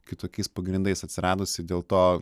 kitokiais pagrindais atsiradusi dėl to